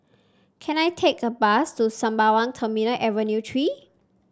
can I take a bus to Sembawang Terminal Avenue Three